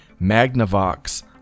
Magnavox